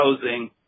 housing